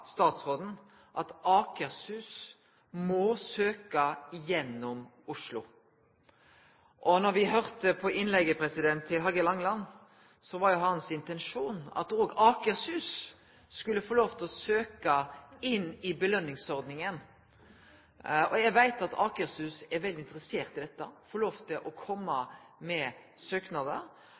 statsråden at Akershus må søkje gjennom Oslo. Då me hørte på innlegget til Hallgeir H. Langeland, hørte me jo at hans intensjon var at òg Akershus skulle få lov til å søkje inn i belønningsordninga. Eg veit at Akershus er veldig interessert i å få lov til å kome med